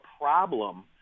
problem